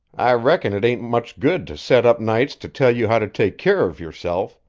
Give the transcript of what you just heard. i reckon it ain't much good to sit up nights to tell you how to take keer of yourself.